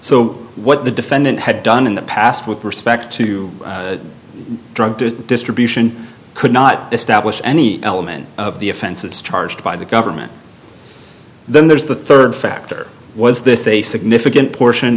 so what the defendant had done in the past with respect to drug distribution could not establish any element of the offenses charged by the government then there's the third factor was this a significant portion